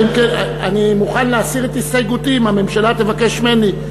אני מוכן להסיר את הסתייגותי אם הממשלה תבקש ממני.